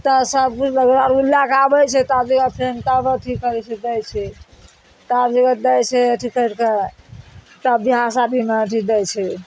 तऽ सबकिछु उ लअ कए आबय छै सब जगह फेन तब अथी करय छै दै छै सब जगह दै छै अथी करि कऽ तब बिवाह शादीमे अथी दै छै